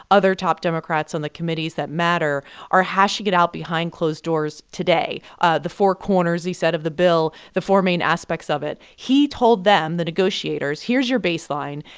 other top democrats on the committees that matter are hashing it out behind closed doors today ah the four corners, he said, of the bill the four main aspects of it. he told them, the negotiators, here's your baseline.